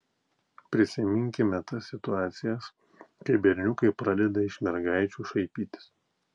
prisiminkime tas situacijas kai berniukai pradeda iš mergaičių šaipytis